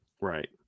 Right